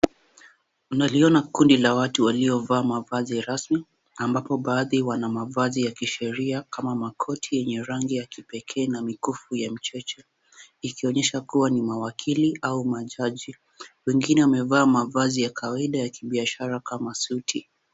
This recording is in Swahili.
Naliona kundi la watu waliovaa mavazi rasmi ambapo baadhi wana mavazi ya kisheria kama makoti yenye rangi ya kipekee na mikufu ya micheche. Ikionyesha kuwa ni mawakili au majaji. Wengine wamevaa mavazi ya kawaida ya kibiashara kama suti.